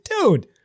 Dude